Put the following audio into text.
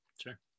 Sure